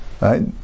right